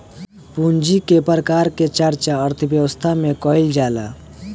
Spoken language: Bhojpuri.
पूंजी के प्रकार के चर्चा अर्थव्यवस्था में कईल जाला